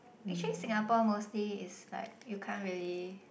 actually Singapore mostly is like you can't really